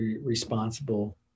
responsible